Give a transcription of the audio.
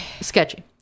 Sketchy